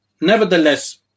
Nevertheless